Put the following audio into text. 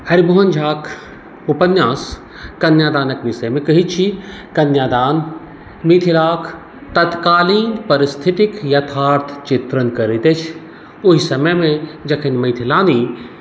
हरिमोहन झाक उपन्यास कन्यादानक विषयमे कहैत छी कन्यादान मिथिलाक तत्कालीन परिस्थितिक यथार्थ चित्रण करैत अछि ओहि समयमे जखन मैथिलानी